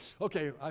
okay